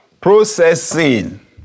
Processing